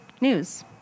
news